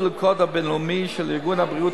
מעודד ולקוד הבין-לאומי של ארגון הבריאות